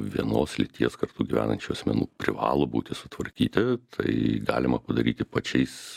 vienos lyties kartu gyvenančių asmenų privalo būti sutvarkyti tai galima padaryti pačiais